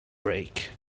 break